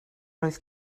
oedd